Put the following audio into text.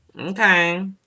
okay